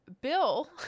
Bill